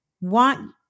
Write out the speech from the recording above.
want